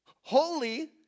Holy